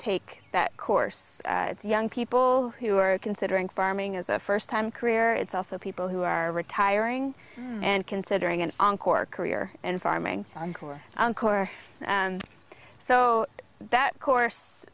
take that course it's young people who are considering farming as a first time career it's also people who are retiring and considering an encore career in farming encore corps so that course